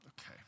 Okay